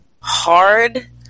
hard